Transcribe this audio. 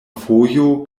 fojo